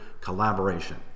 collaboration